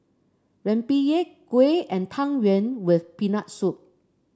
rempeyek kuih and Tang Yuen with Peanut Soup